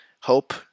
hope